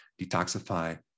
detoxify